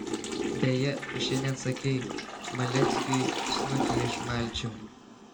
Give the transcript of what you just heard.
beje tu šiandien sakei maleckiui snukį išmalčiau